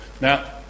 Now